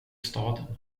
staden